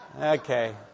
Okay